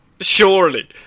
surely